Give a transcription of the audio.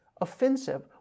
offensive